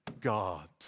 God